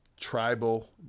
tribal